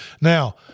Now